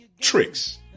tricks